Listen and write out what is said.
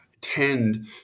tend